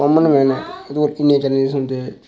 common man गी इ'न्ने challenge होंदे